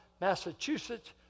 Massachusetts